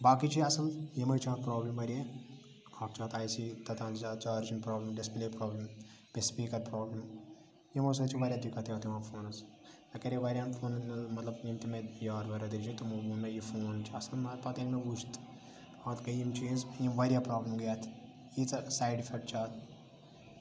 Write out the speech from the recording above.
باقی چھُ یہِ اصل یِمے چھ اتھ پرابلم واریاہ اکھ چھ اتھ آی سی تَتان زیادٕ چارجِنٛگ پرابلم ڈِسپلے پرابلم بیٚیہِ سپیٖکَر پرابلم یمو سۭتۍ چھِ واریاہ دِکت یَتھ یِوان فونَس مےٚ کَرے واریاہَن فونن مَطلَب یِم تہِ مےٚ یار بَرادری چھِ تمو ووٚن مےٚ یہِ فون چھُ اصل پَتہٕ ییٚلہِ مےٚ وٕچھ تہٕ پَتہٕ گٔے یِم چیٖز یِم واریاہ پرابلم گٔے اتھ ییٖژاہ سایڈ اِفیٚکٹ چھِ اتھ